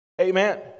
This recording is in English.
amen